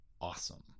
Awesome